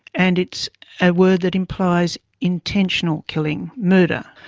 and it's a word that implies intentional killing, murder.